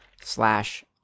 slash